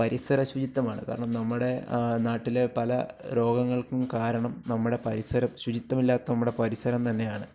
പരിസരശുചിത്വമാണ് കാരണം നമ്മുടെ നാട്ടിലെ പല രോഗങ്ങള്ക്കും കാരണം നമ്മുടെ പരിസരം ശുചിത്വമില്ലാത്ത നമ്മുടെ പരിസരം തന്നെയാണ്